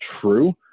true